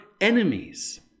enemies